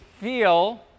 feel